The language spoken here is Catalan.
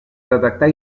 detectar